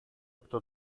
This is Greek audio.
οκτώ